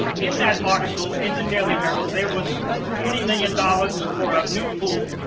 in that article in the daily herald, there was twenty million dollars for a new pool,